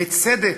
בצדק,